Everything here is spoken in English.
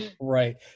Right